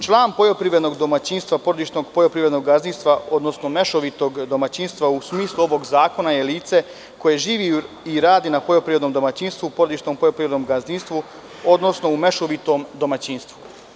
Član poljoprivrednog domaćinstva, porodičnog poljoprivrednog gazdinstva, odnosno mešovitog domaćinstva u smislu ovog zakona je lice koje živi i radi na poljoprivrednom domaćinstvu, porodičnom poljoprivrednom gazdinstvu, odnosno u mešovitom domaćinstvu.